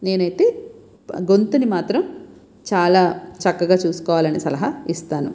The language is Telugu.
నేనయితే గొంతుని మాత్రం చాలా చక్కగా చూసుకోవాలి అని సలహా ఇస్తాను